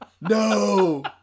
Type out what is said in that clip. No